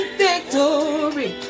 victory